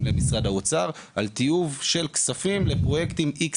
לבין משרד האוצר על טיוב של כספים לפרויקטים X,